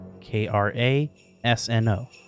K-R-A-S-N-O